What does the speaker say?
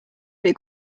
või